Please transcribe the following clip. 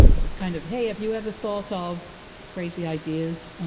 just kind of, hey, have you ever thought ah of crazy ideas?